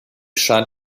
scheint